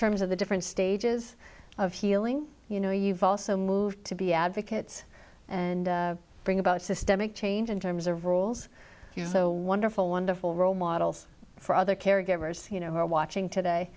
terms of the different stages of healing you know you've also moved to be advocates and bring about systemic change in terms of roles here so wonderful wonderful role models for other caregivers you know who are watching today